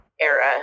era